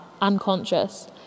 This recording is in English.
unconscious